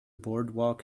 boardwalk